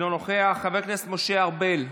אינו נוכח, חבר הכנסת משה ארבל,